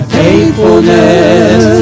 faithfulness